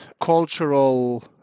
cultural